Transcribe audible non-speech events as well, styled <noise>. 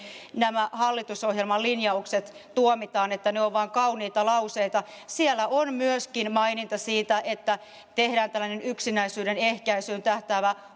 nämä hallitusohjelman linjaukset tuomitaan niin että ne ovat vain kauniita lauseita siellä on myöskin maininta siitä että tehdään tällainen yksinäisyyden ehkäisyyn tähtäävä <unintelligible>